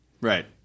Right